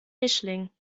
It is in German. mischling